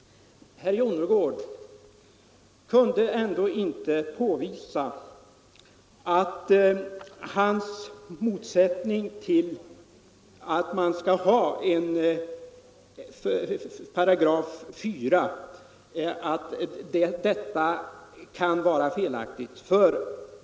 Herr Jonnergård kunde ändå inte påvisa att det är felaktigt att ha en sådan paragraf som 4 §.